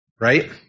Right